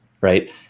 right